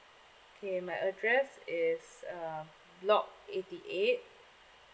okay my address is uh block eighty eight